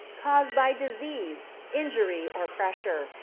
caused by disease, injury, or pressure,